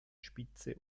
spitze